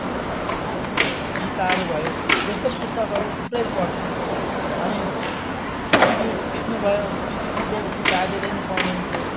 यो कुन भन्थ्यो गिताहरू भयो यस्तो पुस्तकहरू थुप्रै पढ्थ्यो अनि जिजू बित्नुभयो जिजू बितेपछि बाजेले पनि पढ्नुहुन्थ्यो